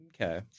Okay